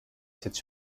cette